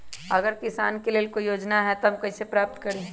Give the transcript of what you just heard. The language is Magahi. अगर किसान के लेल कोई योजना है त हम कईसे प्राप्त करी?